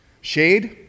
Shade